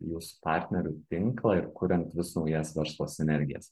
jūsų partnerių tinklą ir kuriant vis naujas verslo sinergijas